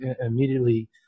immediately